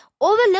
overlook